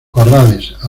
corrales